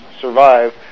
survive